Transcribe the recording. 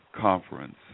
conference